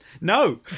No